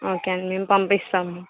okay అండి మేము పంపిస్తాము